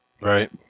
Right